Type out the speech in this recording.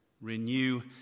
renew